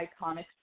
iconic